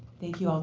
thank you um